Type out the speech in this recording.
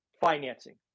financing